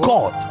God